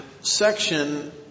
section